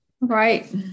Right